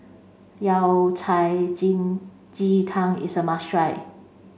yao cai jin ji tang is a must try